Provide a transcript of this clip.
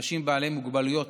אנשים בעלי מוגבלויות,